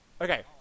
Okay